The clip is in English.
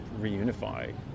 reunify